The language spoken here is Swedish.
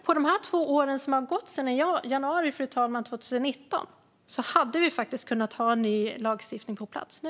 På de två år som har gått sedan januari 2019 hade vi faktiskt kunnat ha en ny lagstiftning på plats nu.